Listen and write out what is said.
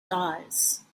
dies